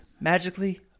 magically